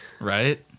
Right